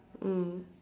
mm